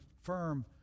firm